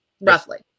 roughly